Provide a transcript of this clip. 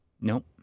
Nope